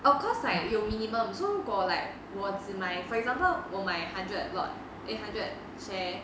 of course like 有 minimum so 如果 like 我只买 for example 我买 hundred lot eh hundred share